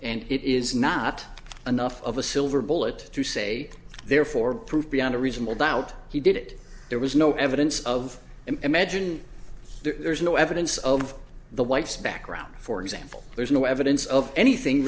and it is not enough of a silver bullet to say therefore proof beyond a reasonable doubt he did it there was no evidence of imagine there's no evidence of the wife's background for example there's no evidence of anything